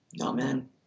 Amen